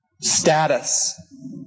status